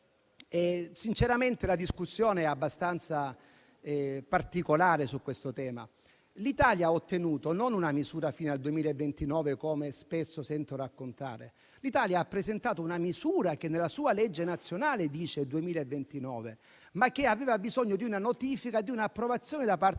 Sud. La discussione è abbastanza particolare su questo tema. L'Italia non ha ottenuto una misura fino al 2029, come spesso sento raccontare; l'Italia ha presentato una misura che, nella sua legge nazionale, reca la previsione del 2029, ma che aveva bisogno di una notifica e di un'approvazione da parte